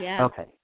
Okay